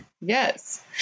Yes